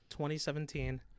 2017